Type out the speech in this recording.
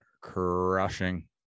crushing